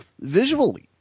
visually